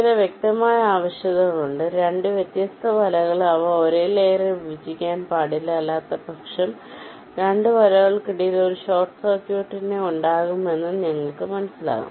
ചില വ്യക്തമായ ആവശ്യകതകൾ ഉണ്ട് 2 വ്യത്യസ്ത വലകൾ അവ ഒരേ ലെയറിൽ വിഭജിക്കാൻ പാടില്ല അല്ലാത്തപക്ഷം 2 വലകൾക്കിടയിൽ ഒരു ഷോർട്ട് സർക്യൂട്ട് ഉണ്ടാകുമെന്ന് നിങ്ങൾക്ക് മനസ്സിലാക്കാം